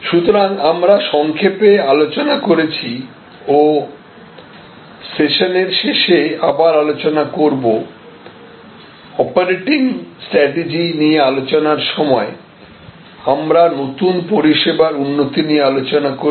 সুতরাং আমরা সংক্ষেপে আলোচনা করেছি ও সেশনের শেষে আবার আলোচনা করব অপারেটিং স্ট্র্যাটেজি নিয়ে আলোচনার সময় আমরা নতুন পরিষেবার উন্নতি নিয়ে আলোচনা করেছি